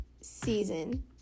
season